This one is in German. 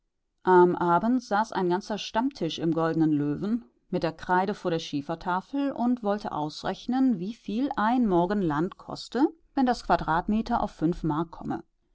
am abend saß ein ganzer stammtisch im goldenen löwen mit der kreide vor der schiefertafel und wollte ausrechnen wieviel ein morgen land koste wenn das quadratmeter auf fünf mark komme